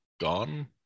gone